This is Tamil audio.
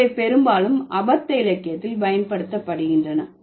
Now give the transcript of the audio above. இவை பெரும்பாலும் அபத்த இலக்கியத்தில் பயன்படுத்தப்படுகின்றன